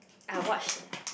I watch